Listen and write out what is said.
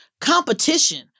competition